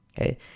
Okay